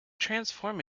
transform